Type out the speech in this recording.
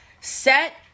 Set